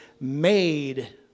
made